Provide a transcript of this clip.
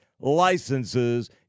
licenses